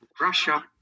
Russia